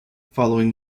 following